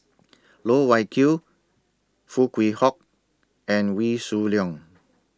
Loh Wai Kiew Foo Kwee Horng and Wee Shoo Leong